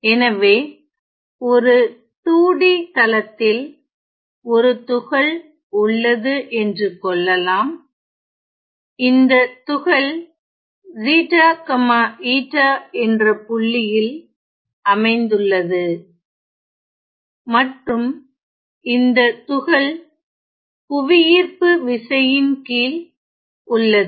எனவே ஒரு 2 D தளத்தில் ஒரு துகள் உள்ளது என்று கொள்ளலாம் இந்த துகள் என்ற புள்ளியில் அமைந்துள்ளது மற்றும் இந்த துகள் புவியீர்ப்புவிசையின்கீழ் உள்ளது